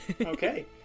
Okay